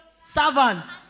servant